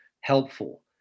helpful